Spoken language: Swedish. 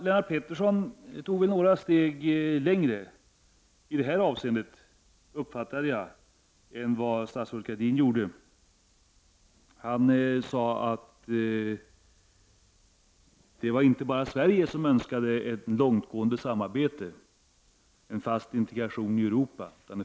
Lennart Pettersson gick några steg längre i det här avseendet, uppfattade jag, än vad statsrådet Gradin gjorde. Han sade att inte bara Sverige utan också andra länder önskar ett långtgående samarbete, en fast integration i Europa.